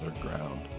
ground